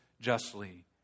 justly